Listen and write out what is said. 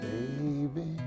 Baby